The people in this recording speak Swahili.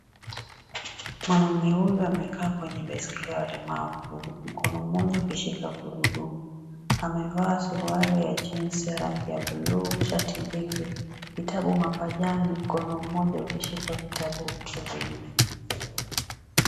Mwanaume huyu amekaa kwenya baisikeli ya walemavu mkono mmoja ukishika gurudumu, amevaa suruali ya (cs)jeans(cs) ya rangi ya buluu shati mbili vitabu mapajani mkono mmoja ukishika vitabu hivo vinne.